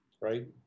right